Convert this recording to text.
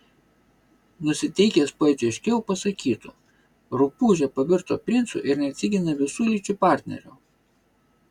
nusiteikęs poetiškiau pasakytų rupūžė pavirto princu ir neatsigina visų lyčių partnerių